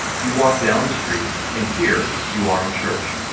you walked down the street and here you are in church,